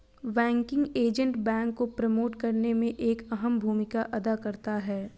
banking agent bank को promote करने में एक अहम भूमिका अदा करता है